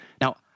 Now